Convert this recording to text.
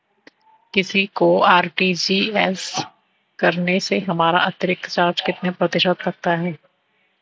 किसी को आर.टी.जी.एस करने से हमारा अतिरिक्त चार्ज कितने प्रतिशत लगता है?